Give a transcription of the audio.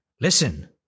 Listen